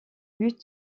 but